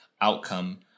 outcome